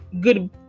good